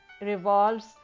revolves